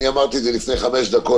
אני אמרתי את זה לפני חמש דקות,